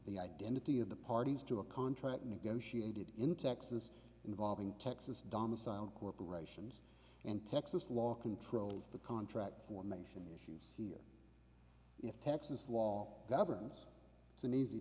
the identity of the parties to a contract negotiated in texas involving texas domiciled corporations and texas law controls the contract formation she's here if texas law governs it's an easy